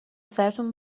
سرتون